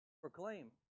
proclaim